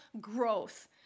growth